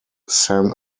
san